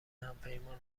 همپیمان